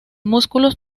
músculos